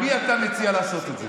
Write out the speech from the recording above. עם מי אתה מציע לעשות את זה?